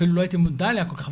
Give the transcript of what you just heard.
אפילו לא הייתי מודע אליה כל כך,